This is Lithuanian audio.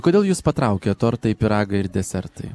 kodėl jus patraukia tortai pyragai ir desertai